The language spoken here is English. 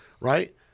Right